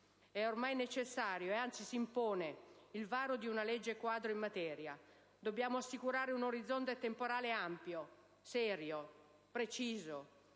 è ormai necessario - anzi, s'impone - il varo di una legge quadro in materia. Dobbiamo assicurare un orizzonte temporale ampio, serio e preciso